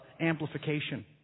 amplification